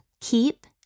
keep